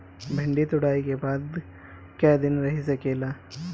भिन्डी तुड़ायी के बाद क दिन रही सकेला?